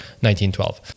1912